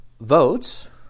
votes